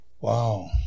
Wow